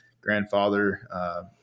grandfather